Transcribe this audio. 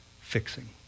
fixing